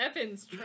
Evans